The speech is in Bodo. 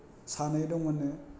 सानै दंमोननो